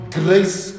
grace